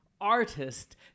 artist